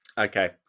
Okay